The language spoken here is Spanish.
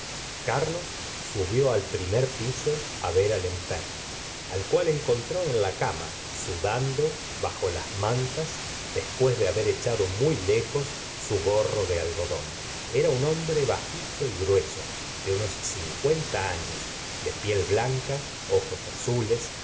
carlos subió al primer piso ver al enfermo al la as de bovaby ih cual encontró en la cama sudando bajo las mantas después de haber echado muy lejos su gorro de algodón era un hombre bajito y grueso de unos cincuenta años de piel blanca ojos azules